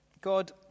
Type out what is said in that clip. God